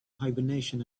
hibernation